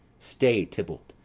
stay, tybalt,